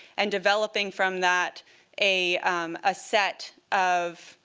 and developing from that a um ah set of